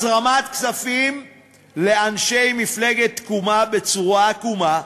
הזרמת כספים לאנשי מפלגת תקומה בצורה עקומה,